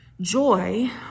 Joy